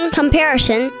comparison